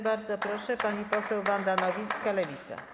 Bardzo proszę, pani poseł Wanda Nowicka, Lewica.